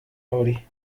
hori